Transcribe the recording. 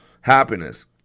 Happiness